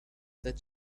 that